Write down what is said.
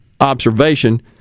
observation